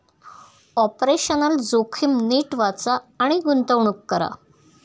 operational जोखीम नीट वाचा आणि गुंतवणूक करा